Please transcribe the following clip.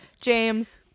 James